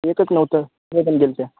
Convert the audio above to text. एकच नव्हतं ते पण गेल होतं